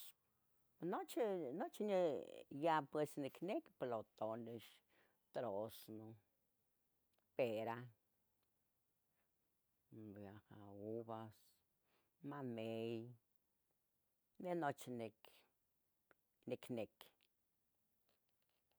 Nochi, nochi ni ya pues nicnequi plotolex, torozno, pera, yaha uvas, mamey, de nochi nequih, nic niquih